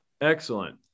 Excellent